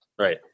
Right